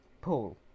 Paul